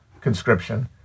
conscription